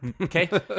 Okay